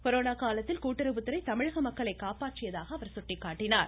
corona காலத்தில் கூட்டுறவுத்துறை தமிழக மக்களை காப்பாற்றியதாக சுட்டிக்காட்டினார்